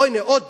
הנה, עוד דבר.